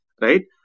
right